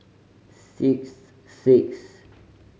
six six